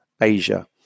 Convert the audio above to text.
Asia